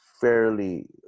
fairly